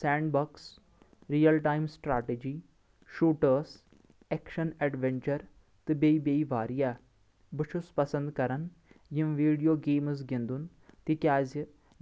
send box real time strategy shooters action adventure تہٕ بییہِ بییہِ واریاہ بہٕ چھُس پسند کران یم ویڈیو گیمز گِندُن تِکیازِ